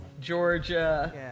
Georgia